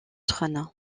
trône